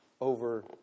over